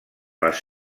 les